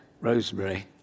Rosemary